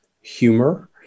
humor